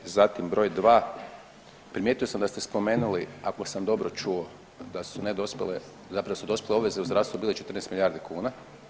Zatim, broj dva, primijetio sam da ste spomenuli ako sam dobro čuo da su nedospjele zapravo da su dospjele obveze u zdravstvu bile 14 milijardi kuna.